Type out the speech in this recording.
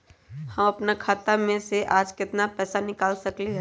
हम अपन खाता में से आज केतना पैसा निकाल सकलि ह?